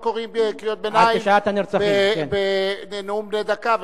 לא קוראים קריאות ביניים בנאום בן דקה.